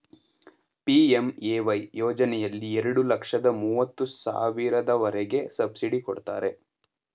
PMAY ಯೋಜನೆಯಲ್ಲಿ ಎರಡು ಲಕ್ಷದ ಮೂವತ್ತು ಸಾವಿರದವರೆಗೆ ಸಬ್ಸಿಡಿ ಕೊಡ್ತಾರೆ